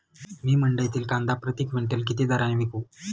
मी मंडईतील कांदा प्रति क्विंटल किती दराने विकू?